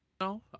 No